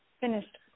finished